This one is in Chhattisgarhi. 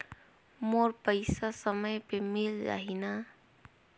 मोर पइसा समय पे मिल जाही न?